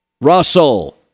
Russell